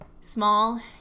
small